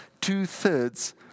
two-thirds